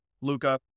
Luca